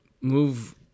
move